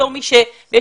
בתור מי שעלתה ארצה,